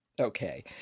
Okay